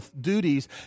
duties